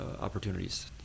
opportunities